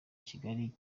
kigali